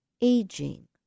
aging